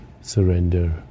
surrender